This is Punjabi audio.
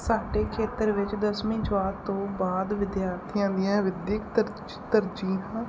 ਸਾਡੇ ਖੇਤਰ ਵਿੱਚ ਦਸਵੀਂ ਜਮਾਤ ਤੋਂ ਬਾਅਦ ਵਿਦਿਆਰਥੀਆਂ ਦੀਆਂ ਵਿੱਦਿਅਕ ਤਰਜ ਤਰਜੀਹਾਂ